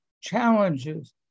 challenges